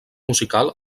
musical